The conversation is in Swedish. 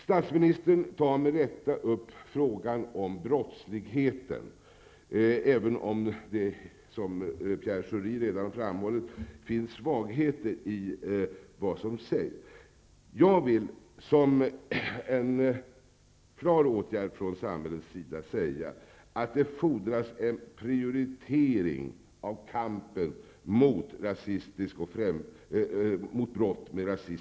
Statsministern tar med rätta upp frågan om brottsligheten, även om det -- som Pierre Schori redan har framhållit -- finns svagheter i det som sägs. Det fordras en prioritering av kampen mot brott med rasistisk och främlingsfientlig bakgrund.